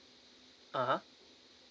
(uh huh)